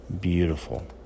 beautiful